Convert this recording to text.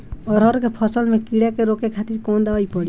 अरहर के फसल में कीड़ा के रोके खातिर कौन दवाई पड़ी?